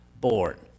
born